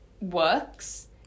works